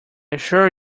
assure